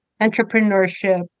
entrepreneurship